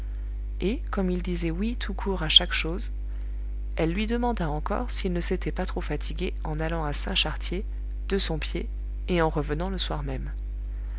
et comme il disait oui tout court à chaque chose elle lui demanda encore s'il ne s'était pas trop fatigué en allant à saint chartier de son pied et en revenant le soir même